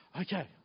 okay